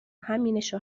همینش